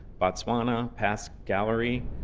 botswana, past gallery,